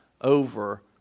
Over